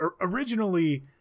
originally